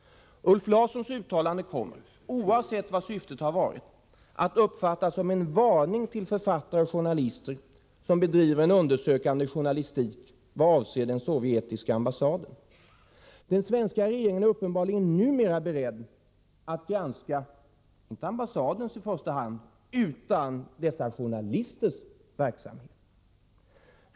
Ulf Larssons uttalande kommer, oavsett vad syftet har varit, att uppfattas som en varning till författare och journalister som bedriver undersökande journalistik vad avser den sovjetiska ambassaden. Den svenska regeringen är uppenbarligen numera beredd att granska, inte ambassadens i första hand, utan dessa journalisters verksamhet.